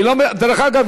דרך אגב,